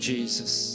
Jesus